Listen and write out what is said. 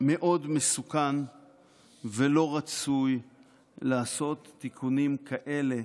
מאוד מסוכן ולא רצוי לעשות תיקונים כאלה.